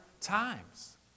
times